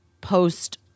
post